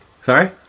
Sorry